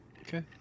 Okay